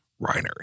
Reiner